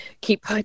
keep